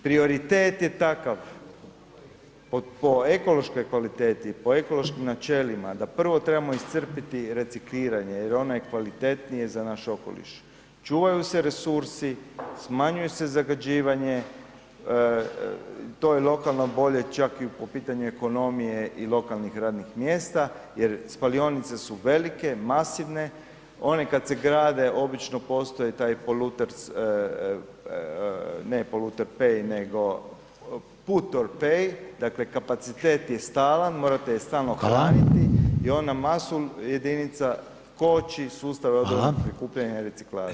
Prioritet je takav, po ekološkoj kvaliteti, po ekološkim načelima, da prvo trebamo iscrpiti recikliranje jer ono je kvalitetnije za naš okoliš čuvaju se resursi, smanjuje se zagađivanje, to je lokalno bolje čak i po pitanju ekonomije i lokalnih radnih mjesta jer spalionice su velike, masivne, one kad se grade obično postoji taj poluters, ne poluter pay nego put or pay, dakle kapacitet je stalan morate je stalno hraniti i [[Upadica: Hvala.]] ona masu jedinica koči, sustave odvojenog prikupljanja reciklaže.